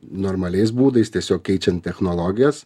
normaliais būdais tiesiog keičiant technologijas